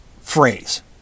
phrase